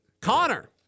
Connor